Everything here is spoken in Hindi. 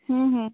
हूं हूं